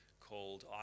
called